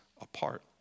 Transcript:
apart